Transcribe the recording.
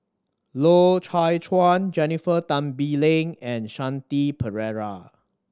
Loy Chye Chuan Jennifer Tan Bee Leng and Shanti Pereira